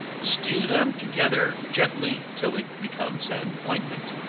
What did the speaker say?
stew them together gently till it becomes an ointment,